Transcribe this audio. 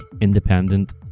independent